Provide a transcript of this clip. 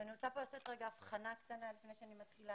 ואני רוצה לעשות פה הבחנה קטנה לפני שאני מתחילה.